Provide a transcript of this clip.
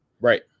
Right